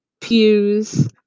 pews